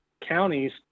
counties